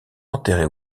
enterrés